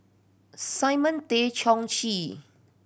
Simon Tay Seong Chee